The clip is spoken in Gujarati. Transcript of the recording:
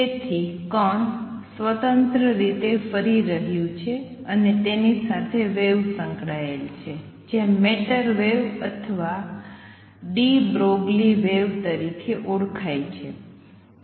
તેથી કણ સ્વતંત્ર રીતે ફરી રહ્યું છે તેની સાથે એક વેવ સંકળાયેલ છે જે મેટર વેવ અથવા ડી બ્રોગલી વેવ તરીકે ઓળખાય છે